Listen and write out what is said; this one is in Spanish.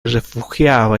refugiaba